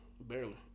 Barely